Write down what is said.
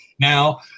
Now